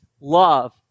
love